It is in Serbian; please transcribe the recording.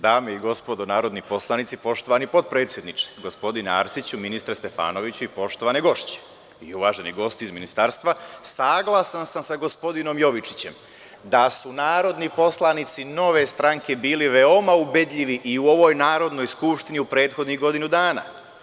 Dame i gospodo narodni poslanici, poštovani potpredsedniče, gospodine Arsiću, ministre Stefanoviću i poštovane gošće i uvaženi gosti iz Ministarstva, saglasan sam sa gospodinom Jovičićem da su narodni poslanici Nove stranke bili veoma ubedljivi i u ovoj Narodnoj skupštini u prethodnih godinu dana.